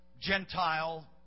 Gentile